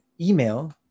email